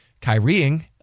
Kyrieing